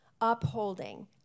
Upholding